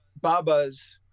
Baba's